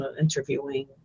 interviewing